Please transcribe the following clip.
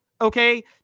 okay